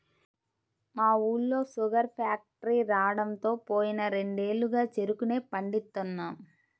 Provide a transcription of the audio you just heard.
మా ఊళ్ళో sugar factory రాడంతో పోయిన రెండేళ్లుగా చెరుకునే పండిత్తన్నాం